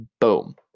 Boom